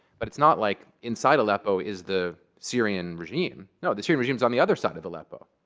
but it's not like inside aleppo is the syrian regime. no, the syrian regime's on the other side of aleppo.